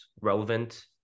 relevant